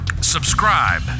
subscribe